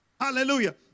hallelujah